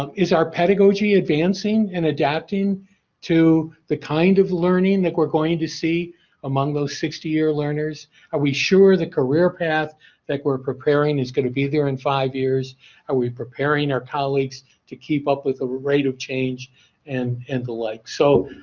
um is our pedagogy advancing and adapting to the kind of learning that we're going to see among those sixty year learners? are we sure the career path that we're preparing is going to be there in five years? are we preparing our colleagues to keep up with a rate of change and and the like. so,